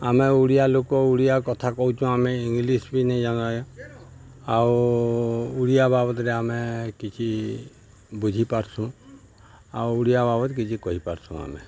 ଆମେ ଓଡ଼ିଆ ଲୋକ ଓଡ଼ିଆ କଥା କହୁଛୁ ଆମେ ଇଂଲିଶ ବି ନେଇ ଜାନେ ଆଉ ଓଡ଼ିଆ ବାବଦରେ ଆମେ କିଛି ବୁଝିପାର୍ସୁଁ ଆଉ ଓଡ଼ିଆ ବାବଦ କିଛି କହିପାର୍ସୁଁ ଆମେ